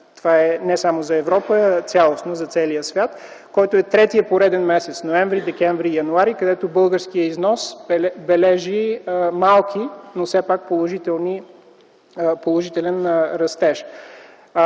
данните не само за Европа, а са цялостни данни за целия свят. Това е трети пореден месец: ноември, декември, януари, където българският износ бележи малък, но все пак положителен растеж.